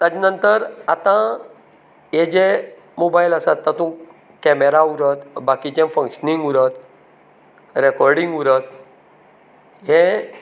ताजे नंतर आतां हे जे मोबायल आसात तातूंत कॅमेरा उरत बाकीचें फंक्शनींग उरत रेकॉर्डींग उरत हे